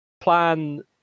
Plan